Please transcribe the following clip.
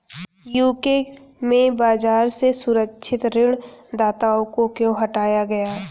UK में बाजार से सुरक्षित ऋण प्रदाताओं को क्यों हटाया गया?